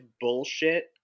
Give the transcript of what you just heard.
bullshit